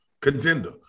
contender